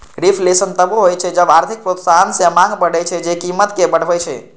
reflation तबो होइ छै जब आर्थिक प्रोत्साहन सं मांग बढ़ै छै, जे कीमत कें बढ़बै छै